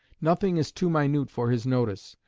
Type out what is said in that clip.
nothing is too minute for his notice.